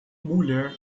mulher